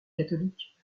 catholiques